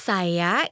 Saya